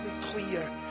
clear